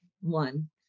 One